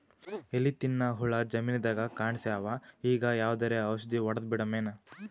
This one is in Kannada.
ಎಲಿ ತಿನ್ನ ಹುಳ ಜಮೀನದಾಗ ಕಾಣಸ್ಯಾವ, ಈಗ ಯಾವದರೆ ಔಷಧಿ ಹೋಡದಬಿಡಮೇನ?